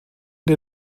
der